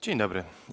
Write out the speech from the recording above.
Dzień dobry.